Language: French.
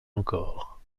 encore